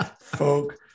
folk